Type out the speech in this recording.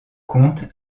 compte